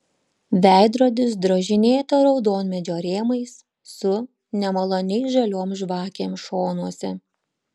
veidrodis drožinėto raudonmedžio rėmais su nemaloniai žaliom žvakėm šonuose